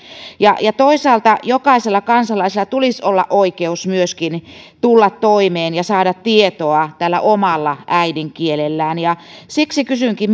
ja ja toisaalta jokaisella kansalaisella tulisi olla oikeus myöskin tulla toimeen ja saada tietoa omalla äidinkielellään siksi kysynkin